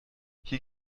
hier